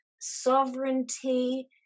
sovereignty